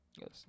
Yes